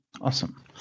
awesome